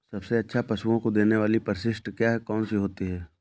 सबसे अच्छा पशुओं को देने वाली परिशिष्ट क्या है? कौन सी होती है?